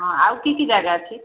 ହଁ ଆଉ କି କି ଜାଗା ଅଛି